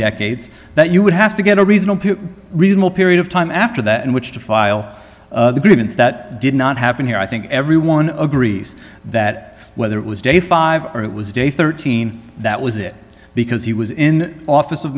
decades that you would have to get a reasonable reasonable period of time after that in which to file a grievance that did not happen here i think everyone agrees that whether it was day five or it was day thirteen that was it because he was in office of